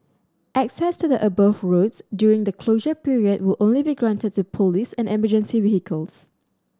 access to the above roads during the closure period will only be granted to police and emergency vehicles